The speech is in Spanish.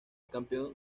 campeón